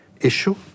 issue